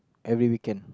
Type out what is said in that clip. every weekend